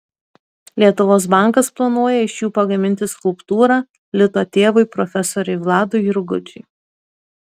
lietuvos bankas planuoja iš jų pagaminti skulptūrą lito tėvui profesoriui vladui jurgučiui